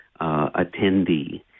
attendee